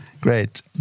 Great